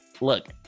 look